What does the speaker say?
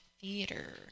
theater